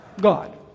God